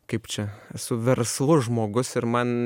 kaip čia esu verslus žmogus ir man